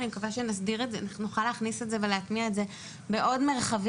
ואני מקווה שנסדיר את זה ונוכל להכניס את זה בעוד מרחבים.